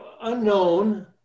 unknown